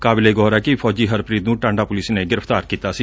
ਕਾਬਿਲੇ ਗੌਰ ਐ ਕਿ ਫੌਜੀ ਹਰਪ੍ਰੀਤ ਨੁੰ ਟਾਂਡਾ ਪੁਲਿਸ ਨੇ ਗ੍ਰਿਫਤਾਰ ਕੀਤਾ ਸੀ